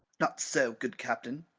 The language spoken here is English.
not so, good captain.